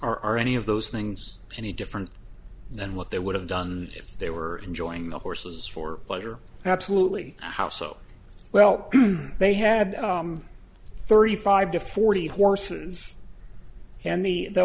are any of those things any different than what they would have done if they were enjoying the horses for pleasure absolutely how so well they had thirty five to forty horses and the